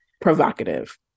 provocative